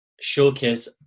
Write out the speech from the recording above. showcase